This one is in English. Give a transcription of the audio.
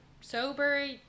sober